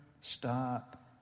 stop